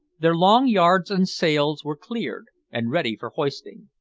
their long yards and sails were cleared and ready for hoisting.